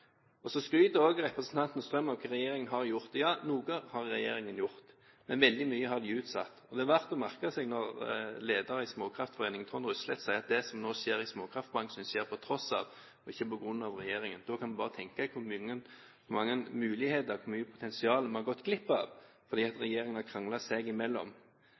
gjøre. Så skryter også representanten Strøm av hva regjeringen har gjort. Ja, noe har regjeringen gjort, men veldig mye har de utsatt. Det er verdt å merke seg når lederen i Småkraftforeninga, Trond Ryslett, sier at det som nå skjer i småkraftbransjen, skjer på tross av og ikke på grunn av regjeringen. Da kan en bare tenke seg hvor mange muligheter og hvor mye potensial man har gått glipp av fordi regjeringen har kranglet seg imellom.